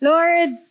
Lord